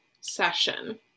session